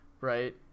right